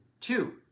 Two